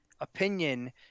opinion